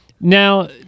Now